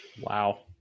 Wow